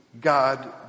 God